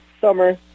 summer